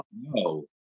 no